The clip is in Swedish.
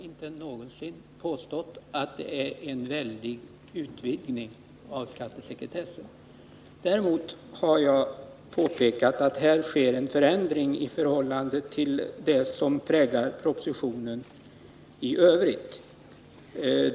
Fru talman! Eftersom jag fick en direkt fråga vill jag svara på den. I varje fall jag har aldrig påstått att sekretesslagen medför en väldig utvidgning av skattesekretessen. Däremot har jag påpekat att här sker en förändring i förhållande till det som präglar propositionen i övrigt.